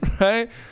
Right